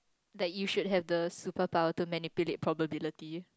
that you should have the superpower to manipulate probability